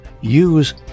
use